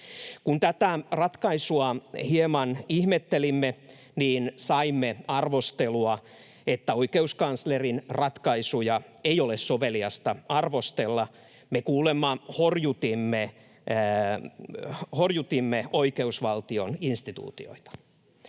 Kun tätä ratkaisua hieman ihmettelimme, niin saimme arvostelua, että oikeuskanslerin ratkaisuja ei ole soveliasta arvostella. Me kuulemma horjutimme oikeusvaltion instituutioita.